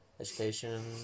education